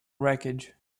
wreckage